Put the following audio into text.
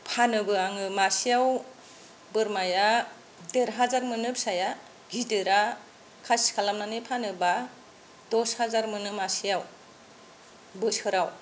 फानोबो आङो मासेयाव बोरमाया देर हाजार मोनो फिसाया गिदिरा खासि खालामनानै फानोब्ला दस हाजार मोनो मासेयाव बोसोराव